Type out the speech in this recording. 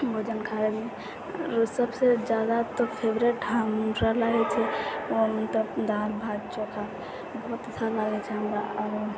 mutton खाइमे सबसँ ज्यादा तऽ हमरा फेवरेट लागै छै खाइमे दालि भात चोखा बहुत अच्छा लागै छै हमरा आओर